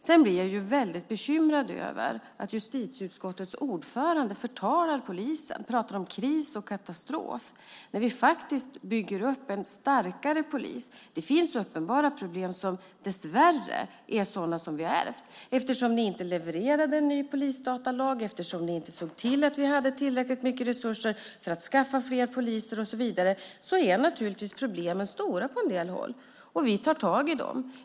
Sedan blir jag väldigt bekymrad över att justitieutskottets ordförande förtalar polisen och pratar om kris och katastrof när vi bygger upp en starkare polis. Det finns uppenbara problem som dessvärre är sådana som vi har ärvt. Eftersom ni inte levererade en ny polisdatalag och inte såg till att vi hade tillräckligt mycket resurser för att skaffa fler poliser är naturligtvis problemen stora på en del håll. Vi tar tag i dem.